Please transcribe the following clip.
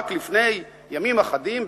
רק לפני ימים אחדים,